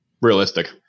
realistic